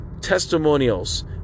testimonials